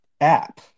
app